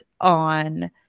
on